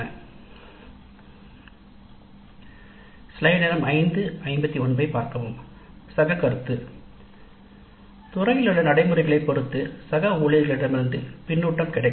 சக கருத்து இது கிடைக்கலாம் அல்லது கிடைக்காமல் போகலாம் இது துறையிலுள்ள நடைமுறைகளைப் பொறுத்தது துறை